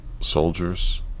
soldiers